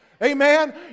Amen